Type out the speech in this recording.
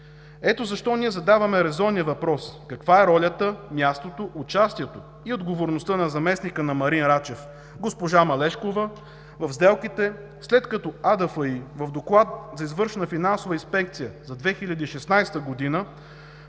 Ето защо ние задаваме резонния въпрос: каква е ролята, мястото, участието и отговорността на заместника на Марин Рачев, госпожа Малешкова, в сделките, след като АДФИ в доклад за извършена финансова инспекция за 2016 г.